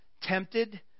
tempted